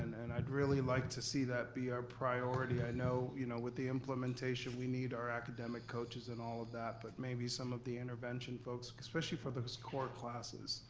and i'd really like to see that be our priority. i know you know with the implementation, we need our academic coaches and some of that, but maybe some of the intervention folks. cause especially for those core classes.